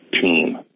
team